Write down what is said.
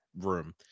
room